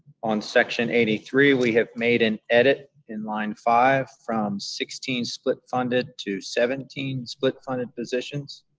on section eighty three, we have made an edit in line five from sixteen split funded to seventeen split funded positions.